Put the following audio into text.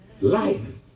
Life